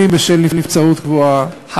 אם בשל נבצרות קבועה ואם מסיבה אחרת,